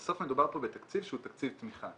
בסוף מדובר פה בתקציב שהוא תקציב תמיכה,